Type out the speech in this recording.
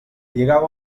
lligava